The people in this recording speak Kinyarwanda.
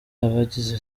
abagize